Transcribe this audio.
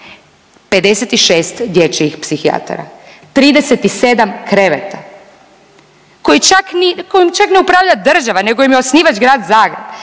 56 dječjih psihijatara, 37 kreveta koji čak, kojim čak ne upravlja država, nego im je osnivač Grad Zagreb.